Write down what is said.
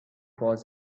was